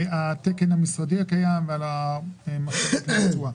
התקן המשרדי הקיים, ועל הנושא של התשואה.